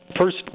first